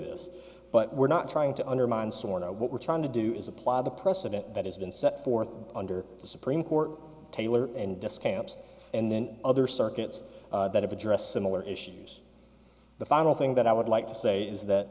this but we're not trying to undermine someone or what we're trying to do is apply the precedent that has been set forth under the supreme court taylor and discounts and then other circuits that have addressed similar issues the final thing that i would like to say is that